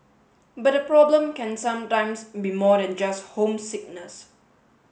but the problem can sometimes be more than just homesickness